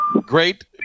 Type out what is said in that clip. great